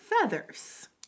feathers